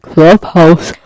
Clubhouse